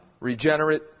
Regenerate